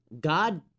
God